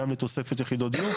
גם לתוספת יחידות דיור.